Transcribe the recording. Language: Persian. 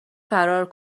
فرار